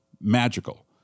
magical